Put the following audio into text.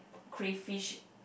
crayfish